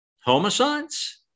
Homicides